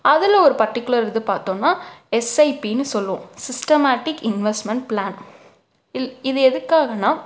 அதில் ஒரு பர்ட்டிக்குலர் இது பார்த்தோம்னா எஸ் ஐ பின்னு சொல்லுவோம் சிஸ்டமேட்டிக் இன்வெஸ்ட்மெண்ட் பிளான் இல் இது எதுக்காகன்னா